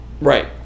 Right